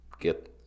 get